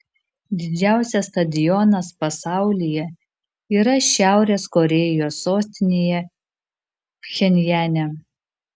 didžiausias stadionas pasaulyje yra šiaurės korėjos sostinėje pchenjane